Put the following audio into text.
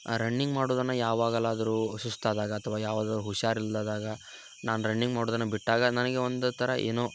running ಮಾಡೋದನ್ನ ಯಾವಾಗಲಾದರೂ ಸುಸ್ತಾದಾಗ ಅಥವಾ ಯಾವಾಗಾದರು ಹುಷಾರಿಲ್ಲದಾಗ ನಾನು ರನ್ನಿಂಗ್ ಮಾಡೋದನ್ನ ಬಿಟ್ಟಾಗ ನನಗೆ ಒಂದು ಥರ ಏನೋ